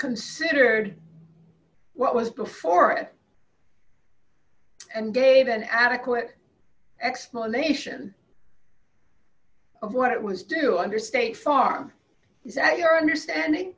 considered what was before it and gave an adequate explanation of what it was do under state farm is that your understanding